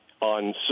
on